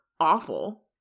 awful